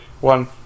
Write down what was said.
one